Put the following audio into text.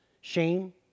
shame